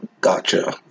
Gotcha